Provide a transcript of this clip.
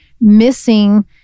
missing